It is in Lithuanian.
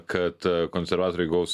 kad konservatoriai gaus